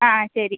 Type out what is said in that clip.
ആ ആ ശരി